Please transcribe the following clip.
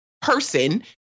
person